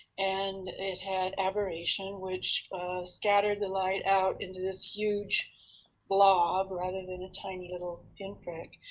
and it had aberration which scattered the light out into this huge blob rather than a tiny little pinprick.